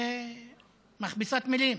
זה מכבסת מילים.